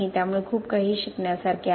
त्यामुळे खूप काही शिकण्यासारखे आहे